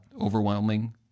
overwhelming